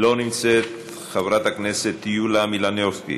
לא נמצאת, חברת הכנסת יוליה מלינובסקי,